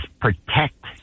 Protect